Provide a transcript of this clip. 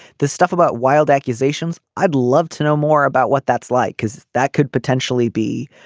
the stuff about wild accusations. i'd love to know more about what that's like because that could potentially be